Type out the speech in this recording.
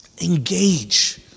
Engage